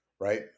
right